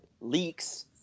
leaks